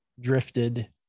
drifted